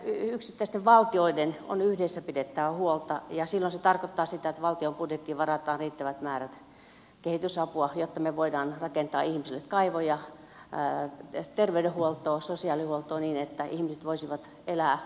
yksittäisten valtioiden on yhdessä pidettävä huolta ja silloin se tarkoittaa sitä että valtion budjettiin varataan riittävät määrät kehitysapua jotta me voimme rakentaa ihmisille kaivoja terveydenhuoltoa sosiaalihuoltoa niin että ihmiset voisivat elää paremmassa maailmassa